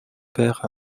pere